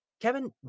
Kevin